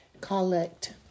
Collect